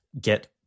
get